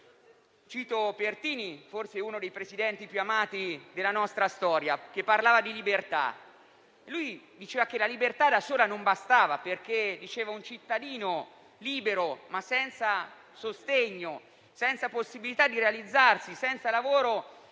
Cito Pertini, forse uno dei Presidenti più amati della nostra storia, che parlava di libertà. Egli diceva che la libertà da sola non basta perché un cittadino libero, ma senza sostegno, possibilità di realizzarsi e lavoro